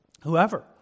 Whoever